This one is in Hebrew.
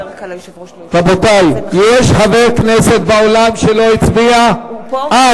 עדיין ישנו חבר כנסת באולם שלא הצביע, רבותי?